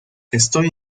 estoy